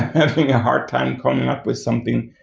having a hard time coming up with something,